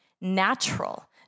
natural